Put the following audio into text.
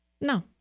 No